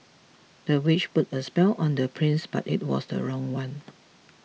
the witch put a spell on the prince but it was the wrong one